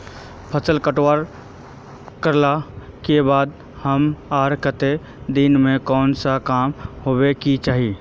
फसल कटाई करला के बाद कब आर केते दिन में कोन सा काम होय के चाहिए?